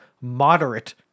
moderate